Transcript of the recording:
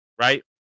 right